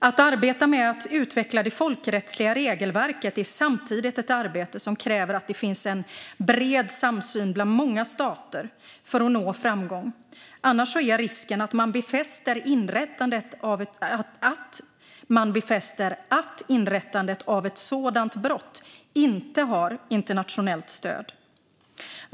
Att arbeta med att utveckla det folkrättsliga regelverket är samtidigt ett arbete som kräver att det finns en bred samsyn bland många stater för att nå framgång - annars är risken att man befäster att inrättandet av ett sådant brott inte har internationellt stöd.